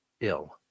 ill